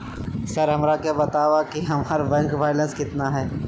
Sir हमरा के बताओ कि हमारे बैंक बैलेंस कितना है?